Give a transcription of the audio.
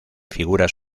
figuras